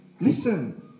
listen